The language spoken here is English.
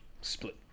Split